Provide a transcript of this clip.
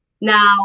Now